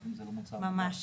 ראיתי את זה, מרגש.